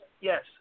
yes